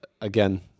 again